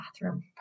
bathroom